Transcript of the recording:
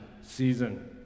season